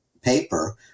paper